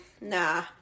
nah